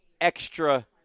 extra